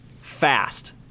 fast